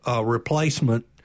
Replacement